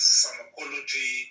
pharmacology